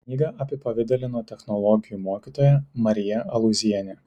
knygą apipavidalino technologijų mokytoja marija alūzienė